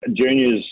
Juniors